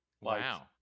Wow